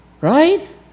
Right